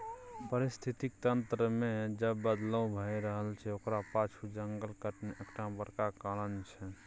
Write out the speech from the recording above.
पारिस्थितिकी तंत्र मे जे बदलाव भए रहल छै ओकरा पाछु जंगल कटनी एकटा बड़का कारण छै